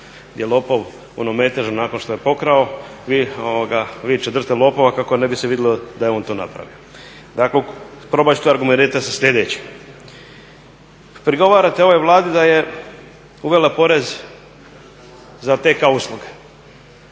jer lopov u onom metežu nakon što je pokrao viče držite lopova kako se ne bi vidjelo da je on to napravio. Dakle probat ću argumentirati sljedećim, prigovarate ovoj Vladi da je uvela porez za TK usluge,